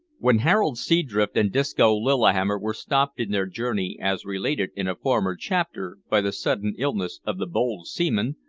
when harold seadrift and disco lillihammer were stopped in their journey, as related in a former chapter, by the sudden illness of the bold seaman,